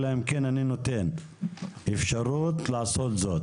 אלא אם כן אני נותן אפשרות לעשות זאת.